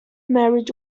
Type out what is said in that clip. merit